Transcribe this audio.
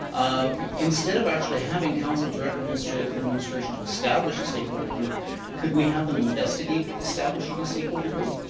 instead of actually having council direct administration administration to establish stake holder group could we have them investigate establishing a stake holder group.